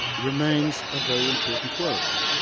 remains a very important worry.